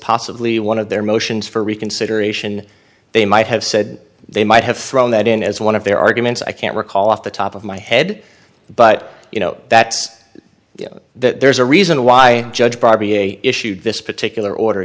possibly one of their motions for reconsideration they might have said they might have thrown that in as one of their arguments i can't recall off the top of my head but you know that's that there's a reason why judge bar b a issued this particular order